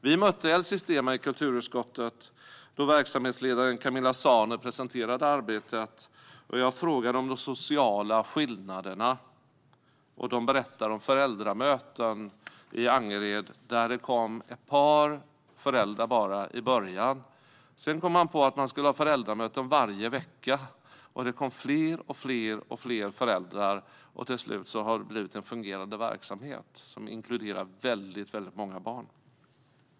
Vi mötte företrädare för El Sistema i kulturutskottet då verksamhetsledaren Camilla Sarner presenterade arbetet. Jag frågade om de sociala skillnaderna. Hon berättade om föräldramöten i Angered där det i början kom bara ett par föräldrar. Sedan kom de på att de skulle ha föräldramöten varje vecka. Det kom fler och fler föräldrar. Till slut har det blivit en fungerande verksamhet som inkluderar många barn.